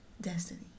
Destiny